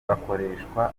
bakoreshwa